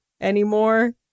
anymore